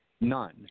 None